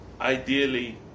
Ideally